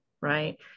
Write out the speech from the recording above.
Right